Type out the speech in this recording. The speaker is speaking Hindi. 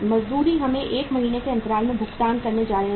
मजदूरी हम 1 महीने के अंतराल पर भुगतान करने जा रहे हैं